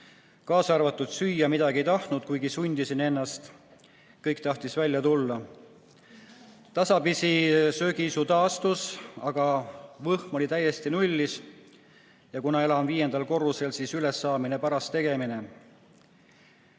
tagant. Süüa midagi ei tahtnud, kuigi sundis ennast, kõik tahtis välja tulla. Tasapisi söögiisu taastus, aga võhm oli täiesti nullis. Ja kuna ta elab viiendal korrusel, oli üles saamine paras tegemine.